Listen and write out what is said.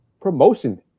promotion